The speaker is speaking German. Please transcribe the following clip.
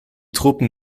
truppen